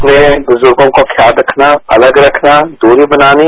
अपने बुजुर्गों का ख्याल रखना अलग रखना दूरी बनानी